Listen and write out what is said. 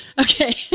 Okay